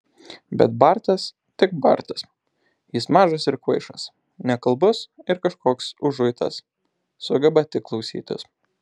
bet bartas tik bartas jis mažas ir kvaišas nekalbus ir kažkoks užuitas sugeba tik klausytis